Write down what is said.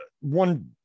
one